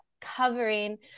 covering